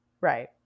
Right